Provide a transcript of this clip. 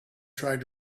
tried